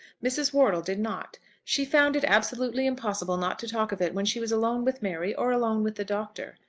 mrs. wortle did not. she found it absolutely impossible not to talk of it when she was alone with mary, or alone with the doctor.